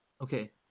Okay